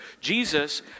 Jesus